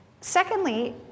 Secondly